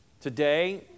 Today